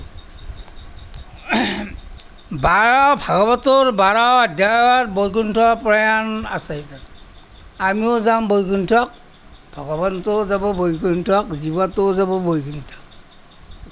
বাৰ ভাগৱতৰ বাৰ অধ্যায়ত বৈকুণ্ঠ প্ৰয়াণ আছে আমিও যাম বৈকুণ্ঠত ভগৱন্তও যাব বৈকুণ্ঠত জীৱটোও যাব বৈকুণ্ঠত